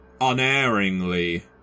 unerringly